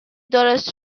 درست